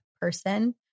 person